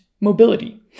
mobility